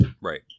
right